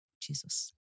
Jesus